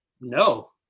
No